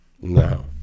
no